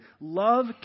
Love